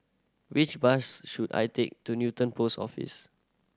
which bus should I take to Newton Post Office